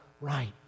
right